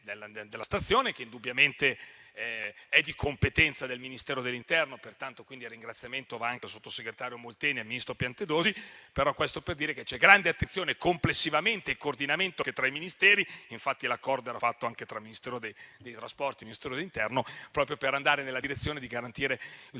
della stazione. Ciò è indubbiamente di competenza del Ministero dell'interno e pertanto il ringraziamento va anche al sottosegretario Molteni e al ministro Piantedosi. Questo per dire che c'è grande attenzione e complessivamente coordinamento tra i Ministeri - l'accordo era infatti anche tra il Ministero delle infrastrutture e dei trasporti e il Ministero dell'interno - proprio per andare nella direzione di garantire il